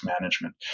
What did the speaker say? management